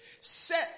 Set